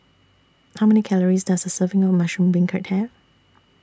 How Many Calories Does A Serving of Mushroom Beancurd Have